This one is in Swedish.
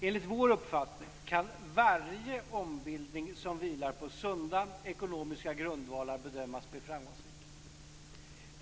Enligt vår uppfattning kan varje ombildning som vilar på sunda ekonomiska grundvalar bedömas bli framgångsrik.